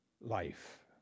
life